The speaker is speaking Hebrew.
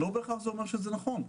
לא בהכרח אומר שזה נכון.